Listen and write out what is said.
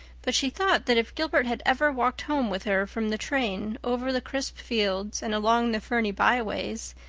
but she thought that if gilbert had ever walked home with her from the train, over the crisp fields and along the ferny byways,